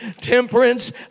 temperance